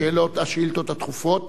השאילתות הדחופות,